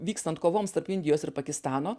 vykstant kovoms tarp indijos ir pakistano